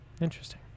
Interesting